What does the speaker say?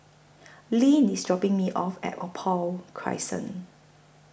Leeann IS dropping Me off At Opal Crescent